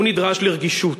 הוא נדרש לרגישות.